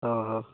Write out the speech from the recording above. ଓଃ ହୋ